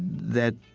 that,